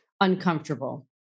uncomfortable